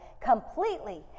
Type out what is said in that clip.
completely